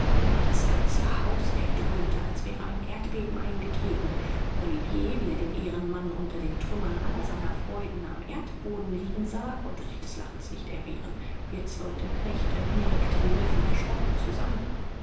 das ganze haus erdröhnte als wäre ein erdbeben eingetreten olivier wie er den ehrenmann unter den trümmern aller seiner freuden am erdboden liegen sah konnte sich des lachens nicht erwehren wirtsleute knechte mägde liefen erschrocken zusammen